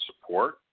support